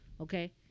okay